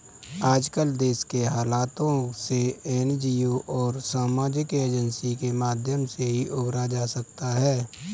आजकल देश के हालातों से एनजीओ और सामाजिक एजेंसी के माध्यम से ही उबरा जा सकता है